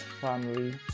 family